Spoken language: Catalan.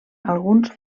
alguns